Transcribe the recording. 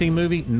movie